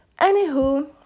anywho